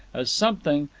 as something,